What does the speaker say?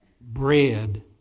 bread